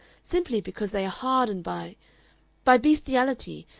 simply because they are hardened by by bestiality,